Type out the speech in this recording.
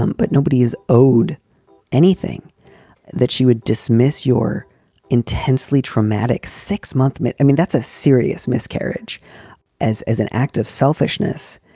um but nobody is owed anything that she would dismiss your intensely traumatic six month mitt. i mean, that's a serious miscarriage as as an act of selfishness,